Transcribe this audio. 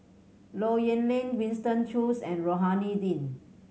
Low Yen Ling Winston Choos and Rohani Din